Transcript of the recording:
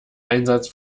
einsatz